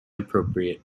appropriate